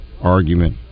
argument